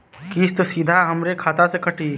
किस्त सीधा हमरे खाता से कटी?